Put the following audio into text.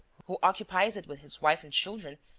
who occupies it with his wife and children,